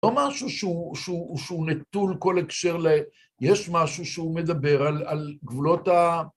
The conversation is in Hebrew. ‫לא משהו שהוא נטול כל הקשר ל... ‫יש משהו שהוא מדבר על גבולות ה...